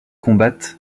combattent